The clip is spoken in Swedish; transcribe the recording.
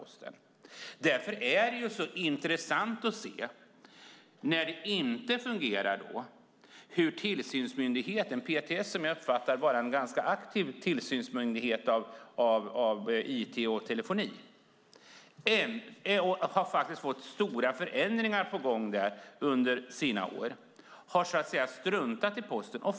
Det är därför det är intressant att se att tillsynsmyndigheten PTS, som jag uppfattar vara en ganska aktiv tillsynsmyndighet av it och telefoni, där man har haft stora förändringar på gång, faktiskt när det inte fungerar har struntat i Posten.